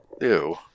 Ew